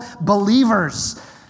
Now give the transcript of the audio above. believers